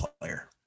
player